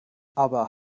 aber